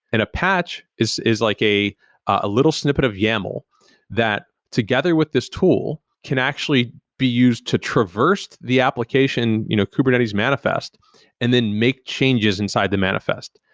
and a patch is is like a a little snippet of yaml that together with this tool can actually be used to traverse the application you know kubernetes manifest and then make changes inside the manifest.